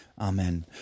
Amen